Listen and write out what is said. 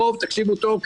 תקשיבו טוב,